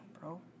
bro